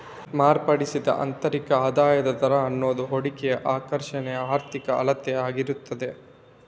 ಮಾರ್ಪಡಿಸಿದ ಆಂತರಿಕ ಆದಾಯದ ದರ ಅನ್ನುದು ಹೂಡಿಕೆಯ ಆಕರ್ಷಣೆಯ ಆರ್ಥಿಕ ಅಳತೆ ಆಗಿರ್ತದೆ